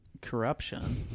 corruption